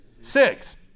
Six